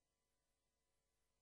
לקום בבוקר וללכת לעבוד.